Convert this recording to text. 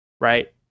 right